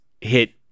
hit